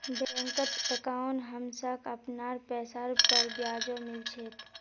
बैंकत अंकाउट हमसाक अपनार पैसार पर ब्याजो मिल छेक